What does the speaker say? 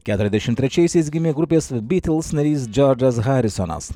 keturiasdešimt trečiaisiais gimė grupės bytls narys džordžas harisonas